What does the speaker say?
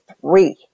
three